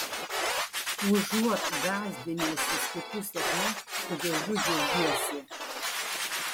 užuot gąsdinęsis kitų sėkme tu dėl jų džiaugiesi